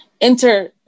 enter